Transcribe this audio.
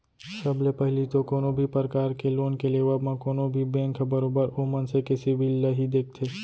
सब ले पहिली तो कोनो भी परकार के लोन के लेबव म कोनो भी बेंक ह बरोबर ओ मनसे के सिविल ल ही देखथे